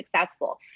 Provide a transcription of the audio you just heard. successful